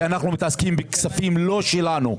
כי אנחנו מתעסקים בכספים לא שלנו,